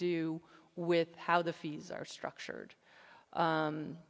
do with how the fees are structured